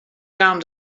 kaam